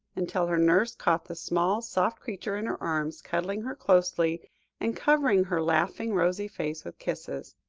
until her nurse caught the small, soft creature in her arms, cuddling her closely and covering her laughing, rosy face with kisses.